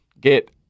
get